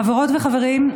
חברות וחברים,